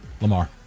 Lamar